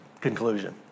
conclusion